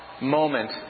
moment